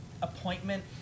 appointment